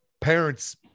Parents